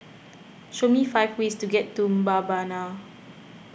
show me five ways to get to Mbabana